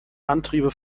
antriebe